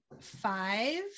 five